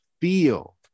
feel